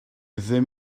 ddim